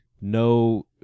No